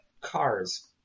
cars